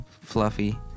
fluffy